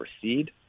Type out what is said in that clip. proceed